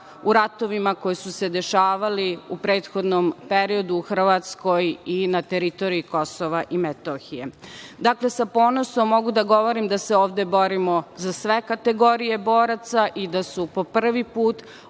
u ratovima koji su se dešavali u prethodnom periodu u Hrvatskoj i na teritoriji Kosova i Metohije. Dakle, sa ponosom mogu da govorim da se ovde borimo za sve kategorije boraca i da su po prvi put